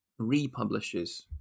republishes